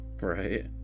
right